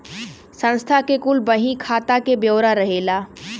संस्था के कुल बही खाता के ब्योरा रहेला